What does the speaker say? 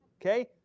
Okay